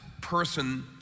person